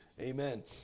Amen